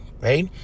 right